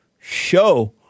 show